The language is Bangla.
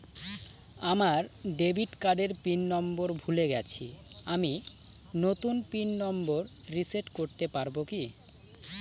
আমার ডেবিট কার্ডের পিন নম্বর ভুলে গেছি আমি নূতন পিন নম্বর রিসেট করতে পারবো কি?